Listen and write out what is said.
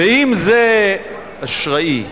אשראי,